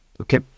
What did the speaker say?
Okay